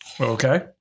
Okay